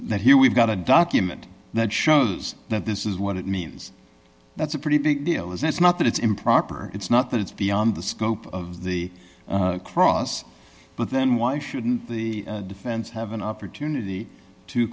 not here we've got a document that shows that this is what it means that's a pretty big deal and it's not that it's improper it's not that it's beyond the scope of the cross but then why shouldn't the defense have an opportunity to